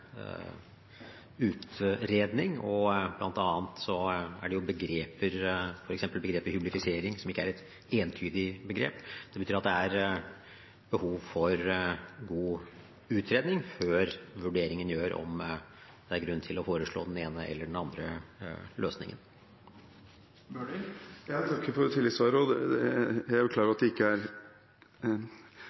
utredning. Blant annet er f.eks. begrepet «hyblifisering» ikke et entydig begrep. Det betyr at det er behov for en god utredning før vurderingen om å foreslå den ene eller andre løsningen gjøres. Takk for tilleggsvaret. Jeg er klar over at det ikke er statsråden som er til stede i dag, som jobber direkte med disse sakene til daglig, men vil bare understreke at det